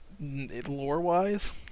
Lore-wise